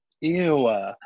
Ew